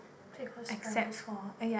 because primary school